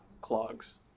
clogs